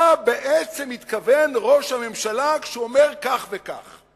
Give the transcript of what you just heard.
למה בעצם מתכוון ראש הממשלה כשהוא אומר כך וכך,